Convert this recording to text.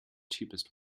cheapest